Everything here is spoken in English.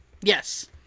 Yes